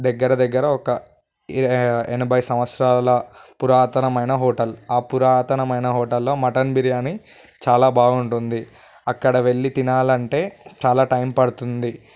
దగ్గర దగ్గర ఒక ఎనభై సంవత్సరాల పురాతనమైన హోటల్ ఆ పురాతనమైన హోటల్లో మటన్ బిర్యానీ చాలా బాగుంటుంది అక్కడ వెళ్ళి తినాలంటే చాలా టైం పడుతుంది